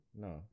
No